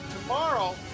tomorrow